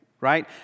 right